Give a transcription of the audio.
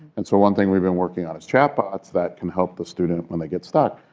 and so one thing we've been working on is chat bots that can help the student when they get stuck.